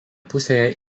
pusėje